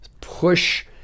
push